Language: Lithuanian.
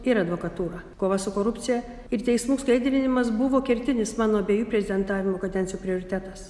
ir advokatūrą kova su korupcija ir teismų skaidrinimas buvo kertinis mano abiejų prezidentavimo kadencijų prioritetas